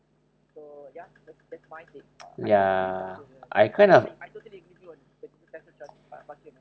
ya I kind of